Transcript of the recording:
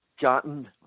gotten